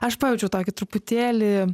aš pajaučiau tokį truputėlį